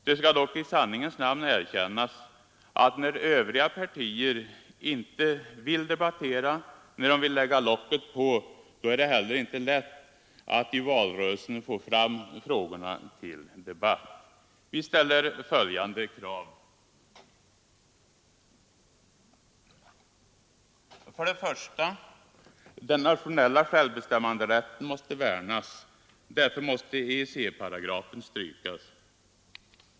Det skall dock i sanningens namn erkännas att när övriga partier inte vill debattera utan vill lägga locket på är det inte lätt att i valrörelsen få fram dessa frågor till debatt. Vi ställer följande krav: 1. Den nationella självbestämmanderätten måste värnas. Därför måste EEC-paragrafen strykas.